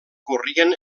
corrien